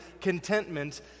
contentment